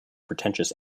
pretentious